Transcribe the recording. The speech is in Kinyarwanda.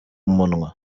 munwa